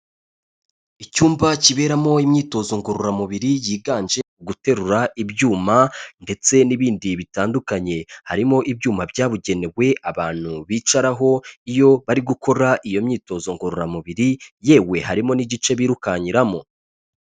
Icyumba kiberamo imyitozo ngororamubiri yiganje guterura ibyuma ndetse n'ibindi bitandukanye, harimo ibyuma byabugenewe abantu bicaraho iyo bari gukora iyo myitozo ngororamubiri, yewe harimo n'igice birukankiramo.